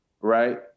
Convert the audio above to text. right